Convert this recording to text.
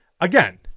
again